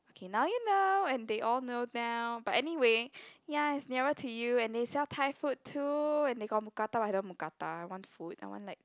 okay now you know and they all know now but anyway ya it's nearer to you and they sell Thai food too and they got Mookata I love Mookata I want food I want like